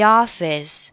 office